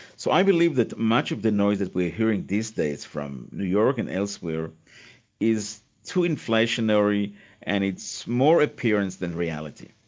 so i believe that much of the noise that we're hearing these days from new york and elsewhere is too inflationary and it's more appearance than reality.